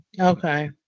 Okay